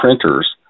printers